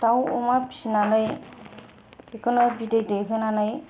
दाउ अमा फिनानै बिदै दैहोनानै